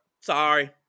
Sorry